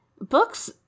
books